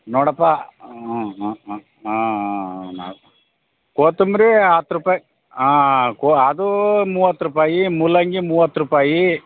ನೋಡಪ್ಪ ಹ್ಞೂ ಹ್ಞೂ ಹ್ಞೂ ಹಾಂ ಹಾಂ ಹಾಂ ಕೊತ್ತಂಬ್ರಿ ಹತ್ತು ರೂಪಾಯಿ ಹಾಂ ಅದು ಮೂವತ್ತು ರೂಪಾಯಿ ಮೂಲಂಗಿ ಮೂವತ್ತು ರೂಪಾಯಿ